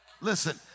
Listen